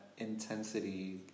intensity